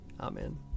Amen